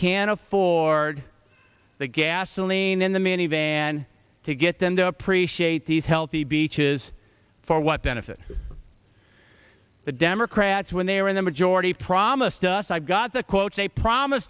can't afford the gasoline in the minivan to get them to appreciate these healthy beaches for what benefit the democrats when they were in the majority promised us i've got the quotes they promise